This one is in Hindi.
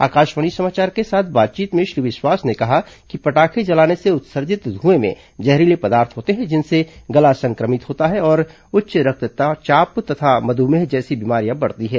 आकाशवाणी समाचार के साथ बातचीत में श्री विस्वास ने कहा कि पटाखे जलाने से उत्सर्जित ध्यूएं में जहरीले पदार्थ होते हैं जिनसे गला संक्रमित होता है और उच्च रक्तचाप तथा मधुमेह जैसी बीमारियां बढ़ती हैं